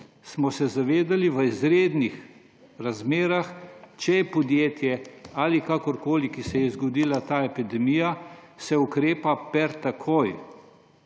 smo se zavedali v izrednih razmerah, če je podjetje ali kakorkoli, ki se je zgodila ta epidemija, se ukrepa per takoj.